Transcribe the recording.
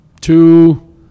two